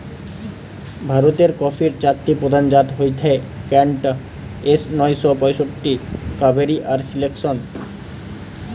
ভারতের কফির চারটি প্রধান জাত হয়ঠে কেন্ট, এস নয় শ পয়ষট্টি, কাভেরি আর সিলেকশন